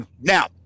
Now